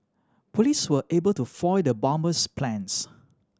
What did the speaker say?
police were able to foil the bomber's plans